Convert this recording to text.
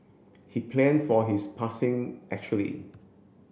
he planned for his passing actually